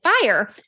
fire